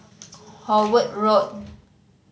Howard Road